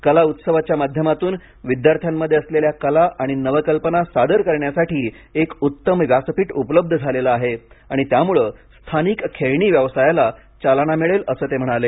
कला उत्सवाच्या माध्यमातून विद्यार्थ्यांमध्ये असलेल्या कला आणि नवकल्पना सादर करण्यासाठी एक उत्तम व्यासपीठ उपलब्ध झालेलं आहे आणि त्यामुळे स्थानिक खेळणी व्यवसायाला चालना मिळेल असं ते म्हणाले